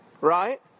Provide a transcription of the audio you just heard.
right